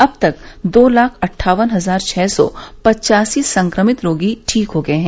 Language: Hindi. अब तक दो लाख अट्ठावन हजार छः सौ पचासी संक्रमित रोगी ठीक हो गये हैं